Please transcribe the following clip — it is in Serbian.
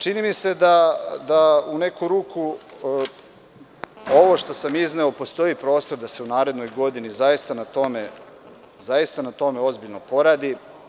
Čini mi se da u neku ruku da za ovo što sam izneo postoji prostor da se narednoj godini na tome ozbiljno poradi.